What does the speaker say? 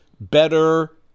better